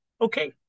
okay